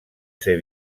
ser